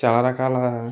చాలా రకాల